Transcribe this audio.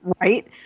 Right